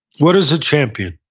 what is a champion?